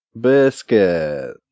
Biscuit